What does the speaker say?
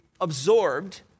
absorbed